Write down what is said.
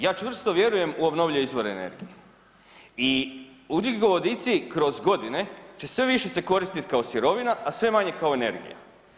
Ja čvrsto vjerujem u obnovljive izvore energije i ugljikovodici kroz godine će sve više se koristit kao sirovina, a sve manje kao energija.